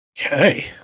Okay